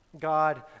God